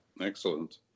Excellent